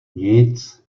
nic